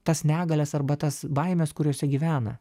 tas negalias arba tas baimes kuriose gyvena